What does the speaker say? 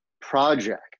project